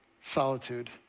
solitude